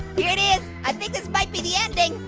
here it is. i think this might be the ending.